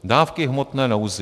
Dávky v hmotné nouzi.